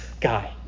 guy